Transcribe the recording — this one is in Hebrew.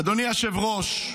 אדוני היושב-ראש,